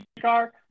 car